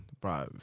bro